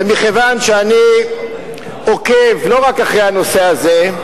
ומכיוון שאני עוקב לא רק אחרי הנושא הזה,